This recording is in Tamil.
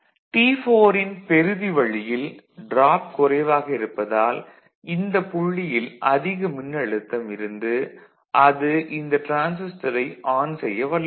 T4 ன் பெறுதி வழியில் டிராப் குறைவாக இருப்பதால் இந்த புள்ளியில் அதிக மின்னழுத்தம் இருந்து அது இந்த டிரான்சிஸ்டரை ஆன் செய்யவல்லது